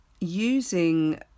using